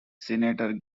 senator